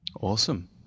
Awesome